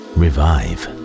revive